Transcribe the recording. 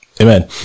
Amen